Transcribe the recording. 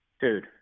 dude